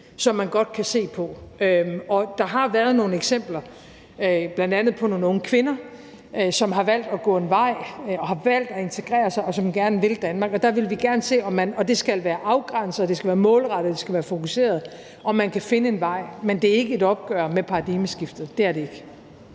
som man godt kan se på. Og der har været nogle eksempler, bl.a. på nogle unge kvinder, som har valgt at gå en vej, har valgt at integrere sig, og som gerne vil Danmark. Der vil vi gerne se – og det skal være afgrænset, og det skal være målrettet, og det skal være fokuseret – om man kan finde en vej. Men det er ikke et opgør med paradigmeskiftet, det er det ikke.